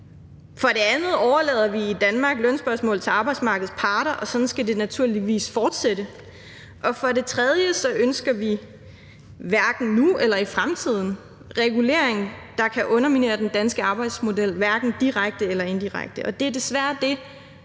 For det andet overlader vi i Danmark lønspørgsmål til arbejdsmarkedets parter, og sådan skal det naturligvis fortsætte. For det tredje ønsker vi hverken nu eller i fremtiden regulering, der kan underminere den danske arbejdsmodel hverken direkte eller indirekte. Og det er desværre det